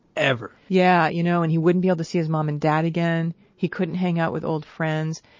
ever yeah, you know, and he wouldn't be able to see his mom and dad again. he couldn't hang out with old friends.